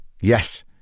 Yes